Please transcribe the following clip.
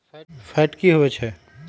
Fat की होवछै?